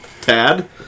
Tad